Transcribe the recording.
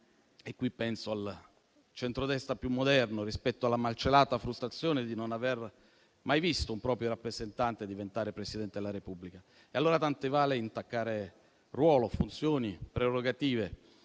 e qui penso al centrodestra più moderno - rispetto alla malcelata frustrazione di non aver mai visto un proprio rappresentante diventare Presidente della Repubblica. Allora tanto vale intaccare ruolo, funzioni, prerogative.